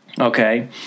Okay